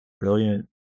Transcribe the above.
Brilliant